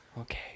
Okay